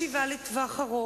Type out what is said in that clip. חמש לירות והקטן עשר לירות?